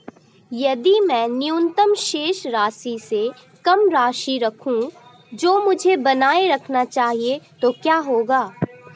यदि मैं न्यूनतम शेष राशि से कम राशि रखूं जो मुझे बनाए रखना चाहिए तो क्या होगा?